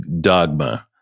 dogma